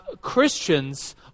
Christians